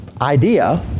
idea